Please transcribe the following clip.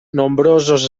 nombrosos